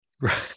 right